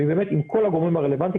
ובאמת עם כל הגורמים הרלוונטיים,